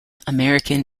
american